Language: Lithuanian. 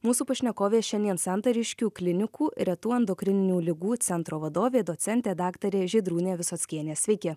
mūsų pašnekovė šiandien santariškių klinikų retų endokrininių ligų centro vadovė docentė daktarė žydrūnė visockienė sveiki